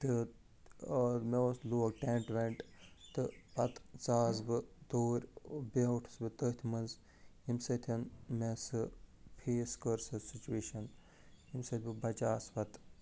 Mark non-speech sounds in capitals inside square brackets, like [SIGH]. تہِ [UNINTELLIGIBLE] مےٚ حظ لوگ ٹٮ۪نٛٹ وٮ۪نٛٹ تہٕ پتہٕ ژاس بہٕ توٗرۍ بِیوٗٹھس بہٕ تٔتھۍ منٛز ییٚمہِ سۭتۍ مےٚ سُہ فیس کٔر سۄ سٕچویشن ییٚمہِ سۭتۍ بہٕ بچاس پتہٕ